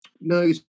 No